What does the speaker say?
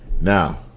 now